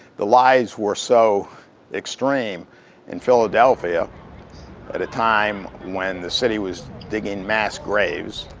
the lies were so extreme in philadelphia at a time when the city was digging mass graves,